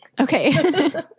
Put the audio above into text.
Okay